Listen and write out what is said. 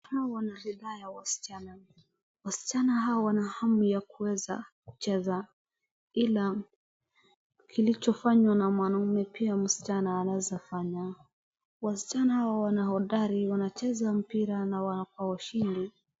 Hawa wanariadha ya wasichana. Wasichana hawa wana hamu ya kuweza kucheza. Ila, kilichofanywa na mwanaume pia msichana anaweza fanya. Wasichana hawa wana hodari, wanacheza mpira na kuwa na ushindi.